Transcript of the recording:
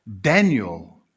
Daniel